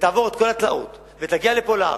תעבור את כל התלאות ותגיע לארץ,